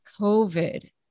COVID